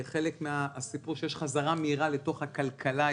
חלק מזה שיש חזרה מהירה לתוך הכלכלה הישראלית,